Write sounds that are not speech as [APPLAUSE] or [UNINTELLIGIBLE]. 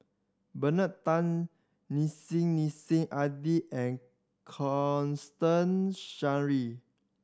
Bernard Tan Nissim Nassim Adi and Constance [UNINTELLIGIBLE]